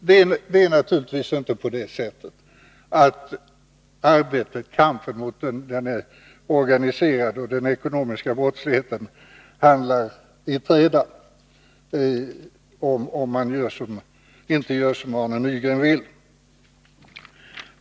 Det är naturligtvis inte på det sättet att kampen mot den organiserade och den ekonomiska brottsligheten hamnar i träda, om man inte gör som Arne Nygren vill.